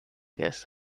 guess